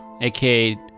aka